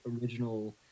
original